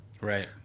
Right